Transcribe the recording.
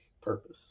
purpose